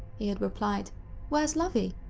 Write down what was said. he had replied where is lovie?